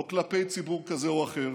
לא כלפי ציבור כזה או אחר,